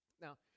Now